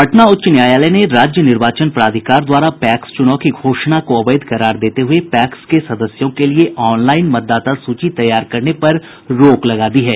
पटना उच्च न्यायालय ने राज्य निर्वाचन प्राधिकार द्वारा पैक्स चुनाव की घोषणा को अवैध करार देते हुये पैक्स के सदस्यों के लिए ऑनलाईन मतदाता सूची तैयार करने पर रोक लगा दी है